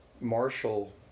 Marshall